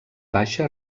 baixa